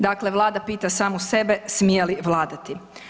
Dakle Vlada pita samu sebe smije li vladati.